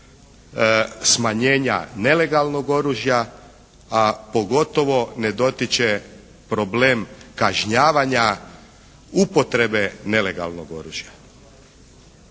smanjenja nelegalnog oružja a pogotovo ne dotiče problem kažnjavanja upotrebe nelegalnog oružja.